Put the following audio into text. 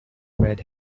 red